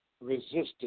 Resistance